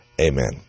Amen